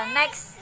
next